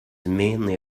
mainly